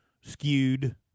skewed